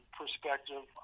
perspective